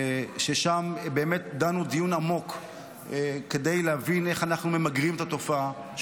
ששם באמת דנו דיון עמוק כדי להבין איך אנחנו ממגרים את התופעה.